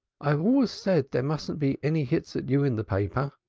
i always said there mustn't be any hits at you in the paper.